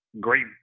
great